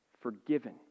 forgiven